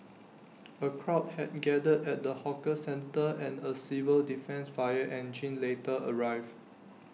A crowd had gathered at the hawker centre and A civil defence fire engine later arrived